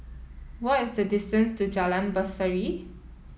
what is the distance to Jalan Berseri